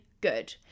good